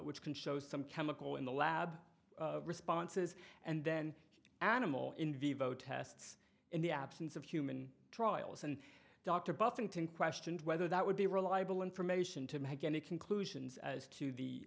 which can show some chemical in the lab responses and then animal in vivo tests in the absence of human trials and dr buffington questioned whether that would be reliable information to make any conclusions as to the